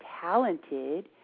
talented